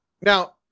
Now